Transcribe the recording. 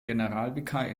generalvikar